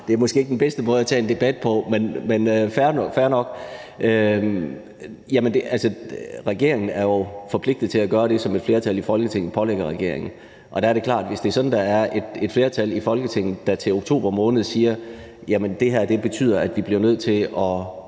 er det måske ikke er den bedste måde at tage en debat på – men fair nok. Regeringen er jo forpligtet til at gøre det, som et flertal i Folketinget pålægger regeringen at gøre. Og der er det klart, at hvis det er sådan, at der er et flertal i Folketinget til oktober måned, der siger, at det her betyder, at vi bliver nødt til at